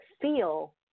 feel